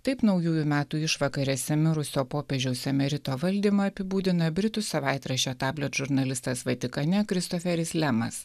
taip naujųjų metų išvakarėse mirusio popiežiaus emerito valdymą apibūdina britų savaitraščio tablet žurnalistas vatikane kristoferis lemas